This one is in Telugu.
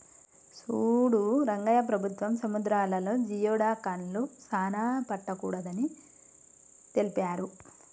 సూడు రంగయ్య ప్రభుత్వం సముద్రాలలో జియోడక్లను సానా పట్టకూడదు అని తెలిపారు